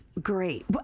Great